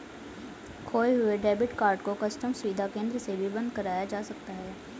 खोये हुए debit card को कस्टम सुविधा केंद्र से भी बंद कराया जा सकता है